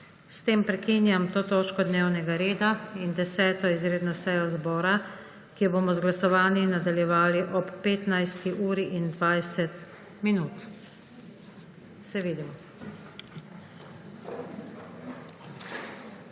S tem prekinjam to točko dnevnega reda in 10. izredno sejo zbora, ki jo bomo z glasovanji nadaljevali ob 15.20. Se vidimo!